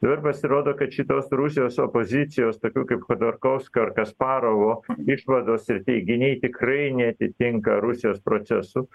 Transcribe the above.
nu ir pasirodo kad šitos rusijos opozicijos tokių kaip chodorkovskio ar kasparovo išvados ir teiginiai tikrai neatitinka rusijos procesų